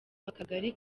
akagari